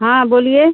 हाँ बोलिए